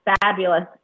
fabulous